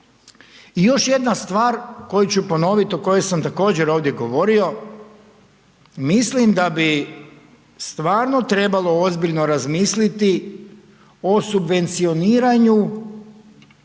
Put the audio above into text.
I još jedna stvar, koju ću ponoviti o kojoj sam također ovdje govorio, mislim da bi stvarno trebalo ozbiljno razmisliti o subvencioniranju